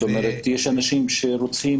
כלומר, יש אנשים שרוצים